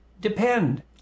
depend